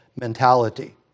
mentality